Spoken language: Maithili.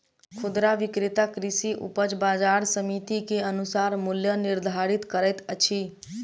खुदरा विक्रेता कृषि उपज बजार समिति के अनुसार मूल्य निर्धारित करैत अछि